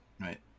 Right